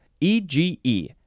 E-G-E